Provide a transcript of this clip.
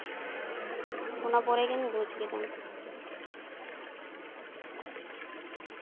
ᱚᱱᱟ ᱯᱚᱨᱮ ᱠᱤᱱ ᱵᱩᱡᱽ ᱠᱮᱫᱟ